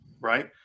right